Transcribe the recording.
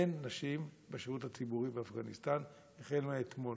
אין נשים בשירות הציבורי באפגניסטן החל מאתמול.